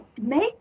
make